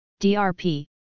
DRP